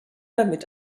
damit